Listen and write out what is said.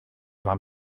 mam